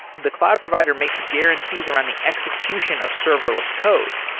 the cloud provider makes guarantees around the execution of serverless code.